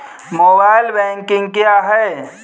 Mobile banking क्या है?